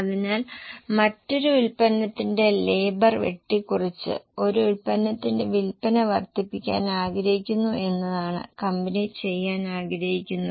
അതിനാൽ മറ്റൊരു ഉൽപ്പന്നത്തിന്റെ ലേബർ വെട്ടിക്കുറച്ച് ഒരു ഉൽപ്പന്നത്തിന്റെ വിൽപ്പന വർദ്ധിപ്പിക്കാൻ ആഗ്രഹിക്കുന്നു എന്നതാണ് കമ്പനി ചെയ്യാൻ ആഗ്രഹിക്കുന്നത്